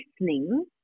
listening